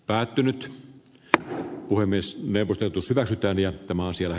päättynyt ja puhemies neuvoteltu syvä että viattomaan sillä